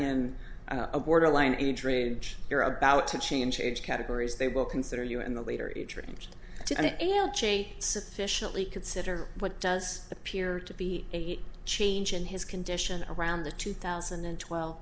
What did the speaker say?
in a borderline age rage you're about to change age categories they will consider you in the later age range to ail change sufficiently consider what does appear to be a change in his condition around the two thousand and twelve